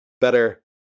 better